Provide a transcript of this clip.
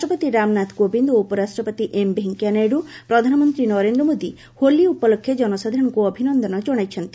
ରାଷ୍ଟ୍ରପତି ରାମନାଥ କୋବିନ୍ଦ ଓ ଉପରାଷ୍ଟ୍ରପତି ଏମ୍ ଭେଙ୍କୟା ନାଇଡୁ ପ୍ରଧାନମନ୍ତ୍ରୀ ନରେନ୍ଦ୍ର ମୋଦି ହୋଲି ଉପଲକ୍ଷେ ଜନସାଧାରଣଙ୍କୁ ଅଭିନନ୍ଦନ କ୍ଷଣାଇଛନ୍ତି